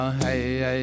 hey